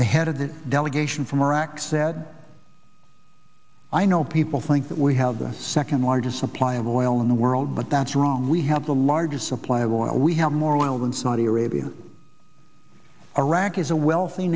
the head of that delegation from iraq said i know people think that we have the second largest supply of oil in the world but that's wrong we have the largest supply of oil we have more oil than saudi arabia iraq is a wealthy